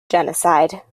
genocide